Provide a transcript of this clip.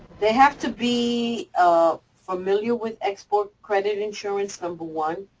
they have to be, ah, familiar with export credit insurance, number one.